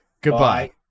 Goodbye